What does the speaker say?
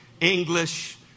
English